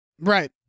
Right